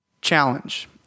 challenge